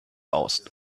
raus